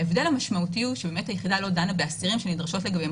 ההבדל המשמעותי הוא שבאמת היחידה לא דנה באסירים שנדרשות לגביהם